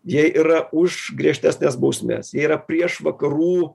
jie yra už griežtesnės bausmes jie yra prieš vakarų